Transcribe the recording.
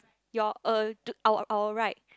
your uh to our our right